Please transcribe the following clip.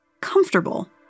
comfortable